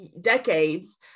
decades